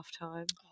halftime